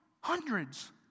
Hundreds